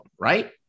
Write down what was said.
right